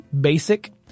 basic